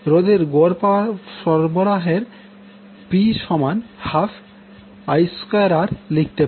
রোধের গড় পাওয়ার সরবরাহ P সমান 1 2 I2 R লিখতে পারি